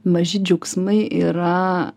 maži džiaugsmai yra